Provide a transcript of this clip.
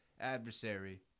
adversary